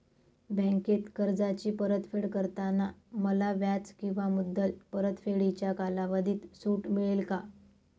बँकेत कर्जाची परतफेड करताना मला व्याज किंवा मुद्दल परतफेडीच्या कालावधीत सूट मिळेल का?